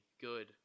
good